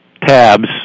tabs